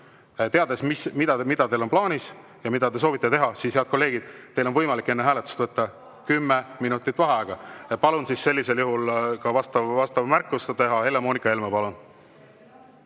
teades, mis teil on plaanis ja mida te soovite teha: teil on võimalik enne hääletust võtta kümme minutit vaheaega. Palun sellisel juhul vastav märkus teha. Helle-Moonika Helme, palun!